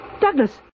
Douglas